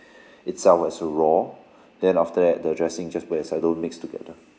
itself as raw then after that the dressing just put at the side don't mix together